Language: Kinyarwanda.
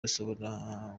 ashobora